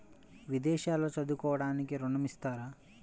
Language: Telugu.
విదేశాల్లో చదువుకోవడానికి ఋణం ఇస్తారా?